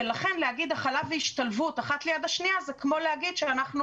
לכן להגיד "הכלה" ו"השתלבות" זו לצד זו זה כמו שאנחנו